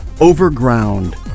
Overground